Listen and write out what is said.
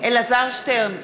אלעזר שטרן,